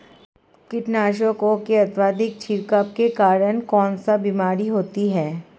कीटनाशकों के अत्यधिक छिड़काव के कारण कौन सी बीमारी होती है?